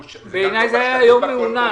בעיניי זה היה יום מעונן.